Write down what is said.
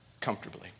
comfortably